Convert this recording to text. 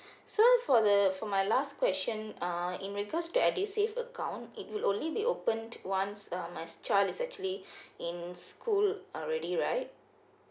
so for the for my last question uh in regards to the edusave account it will only be open once uh my child is actually in school already right